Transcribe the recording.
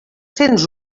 cents